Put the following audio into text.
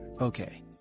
okay